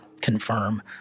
confirm